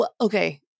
Okay